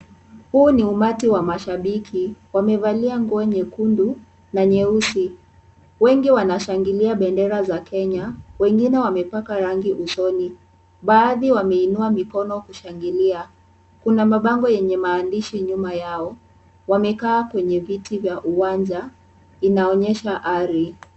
Huu ni umati wa mashabiki wamevalia nguo nyekundu na nyeusi. Wengi wanashangilia bendera za Kenya, wengine wamepaka rangi usoni. Baadhi wameinua mikono kushangilia. Kuna mabango yenye maandishi nyuma yao. Wamekaa kwenye viti vya uwanja. Inaonyesha ari.